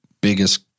biggest